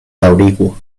daŭrigu